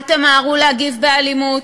אל תמהרו להגיב באלימות.